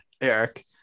Eric